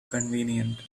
convenient